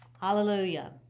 Hallelujah